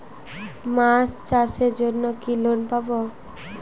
মাছ চাষের জন্য কি লোন পাব?